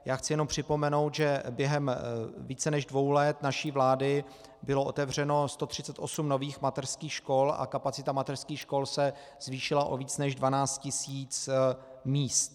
Já chci jenom připomenout, že během více než dvou let naší vlády bylo otevřeno 138 nových mateřských škol a kapacita mateřských škol se zvýšila o více než 12 tisíc míst.